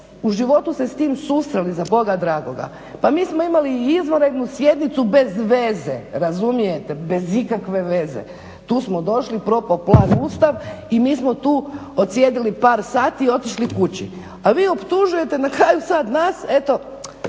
u životu se s tim susreli za Boga dragoga? Pa mi smo imali i izvanrednu sjednicu bezveze, razumijete, bez ikakve veze. Tu smo došli, propao plan, Ustav i mi smo tu odsjedili par sati i otišli kući. A vi optužujete na kraju sad nas, eto